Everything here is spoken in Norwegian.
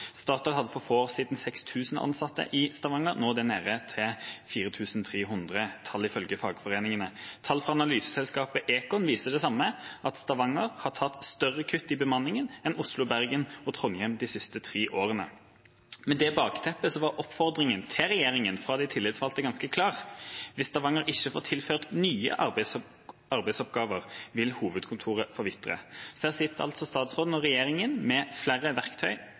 i 4 300 – tall ifølge fagforeningene. Tall fra analyseselskapet ECON viser det samme, at Stavanger har hatt større kutt i bemanningen enn Oslo, Bergen og Trondheim de siste tre årene. Med det bakteppet var oppfordringen til regjeringa fra de tillitsvalgte ganske klar: Hvis Stavanger ikke får tilført nye arbeidsoppgaver, vil hovedkontoret forvitre. Her sitter statsråden og regjeringa med flere verktøy